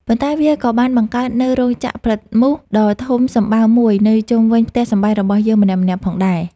ប៉ុន្តែវាក៏បានបង្កើតនូវ រោងចក្រផលិតមូស ដ៏ធំសម្បើមមួយនៅជុំវិញផ្ទះសម្បែងរបស់យើងម្នាក់ៗផងដែរ។